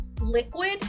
liquid